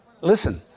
Listen